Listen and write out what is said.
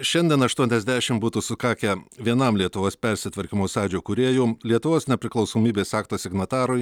šiandien aštuoniasdešimt būtų sukakę vienam lietuvos persitvarkymo sąjūdžio kūrėjų lietuvos nepriklausomybės akto signatarui